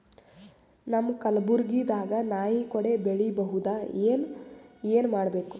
ನಮ್ಮ ಕಲಬುರ್ಗಿ ದಾಗ ನಾಯಿ ಕೊಡೆ ಬೆಳಿ ಬಹುದಾ, ಏನ ಏನ್ ಮಾಡಬೇಕು?